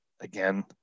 again